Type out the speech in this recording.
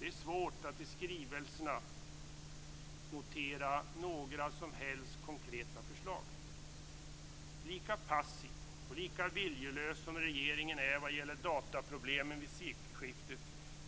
Det är svårt att i skrivelserna notera några som helst konkreta förslag. Lika passiv och lika viljelös som regeringen är vad gäller datorproblemen vid sekelskiftet